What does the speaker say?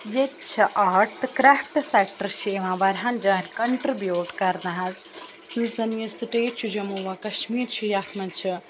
ییٚتہِ چھِ آرٹ تہٕ کرٛفٹ سٮ۪کٹر چھِ یِوان واریاہَن جایَن کَنٹرٛبیوٗٹ کَرنہٕ حظ یُس زَن یہِ سِٹیٹ چھُ جموں و کَشمیٖر چھُ یَتھ منٛز چھِ